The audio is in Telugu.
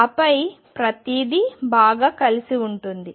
ఆపై ప్రతిదీ బాగా కలిసి ఉంటుంది